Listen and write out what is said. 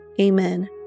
Amen